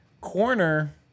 Corner